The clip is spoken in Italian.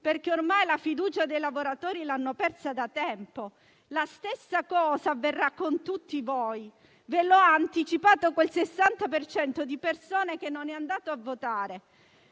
perché ormai la fiducia i lavoratori l'hanno persa da tempo. La stessa cosa avverrà con tutti voi; ve lo ha anticipato quel 60 per cento di persone che non è andato a votare.